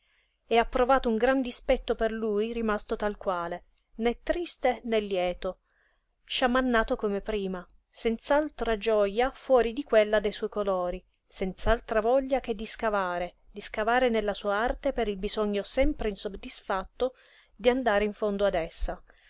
e ha provato un gran dispetto per lui rimasto tal quale né triste né lieto sciamannato come prima senz'altra gioja fuori di quella de suoi colori senz'altra voglia che di scavare di scavare nella sua arte per il bisogno sempre insoddisfatto di andare in fondo ad essa